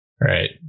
right